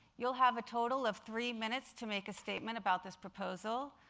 you'll have a total of three minutes to make a statement about this proposal.